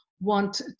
want